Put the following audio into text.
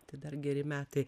tai dar geri metai